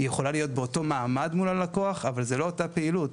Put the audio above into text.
היא יכולה להיות באותו מעמד מול הלקוח אבל זו לא אותה פעילות.